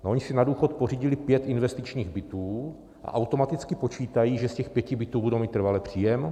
Oni si na důchod pořídili pět investičních bytů a automaticky počítají, že z těch pěti bytů budou mít trvalý příjem.